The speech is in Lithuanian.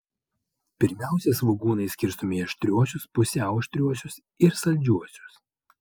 pirmiausia svogūnai skirstomi į aštriuosius pusiau aštriuosius ir saldžiuosius